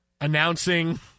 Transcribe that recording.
announcing